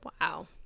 Wow